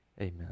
Amen